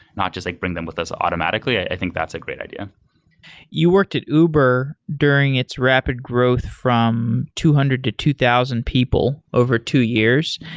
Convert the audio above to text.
not just like bring them with us automatically. i think that's a great idea you worked at uber during its rapid growth from two hundred to two thousand people over two years.